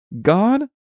God